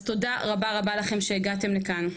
אז תודה רבה רבה לכם שהגעתם לכאן.